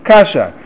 Kasha